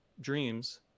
Dreams